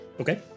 Okay